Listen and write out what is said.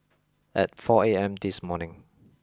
at four A M this morning